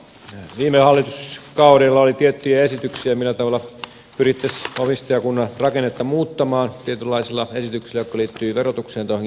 tietysti viime hallituskaudella oli tiettyjä esityksiä millä tavalla pyrittäisiin omistajakunnan rakennetta muuttamaan tietynlaisilla esityksillä jotka liittyivät verotukseen tai johonkin muuhun